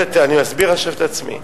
אני מסביר עכשיו את עצמי.